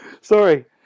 Sorry